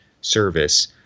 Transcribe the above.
service